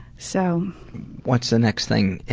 so what's the next thing?